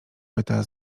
pyta